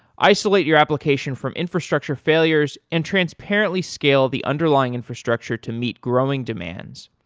isolate your application from infrastructure failures and transparently scale the underlying infrastructure to meet growing demands,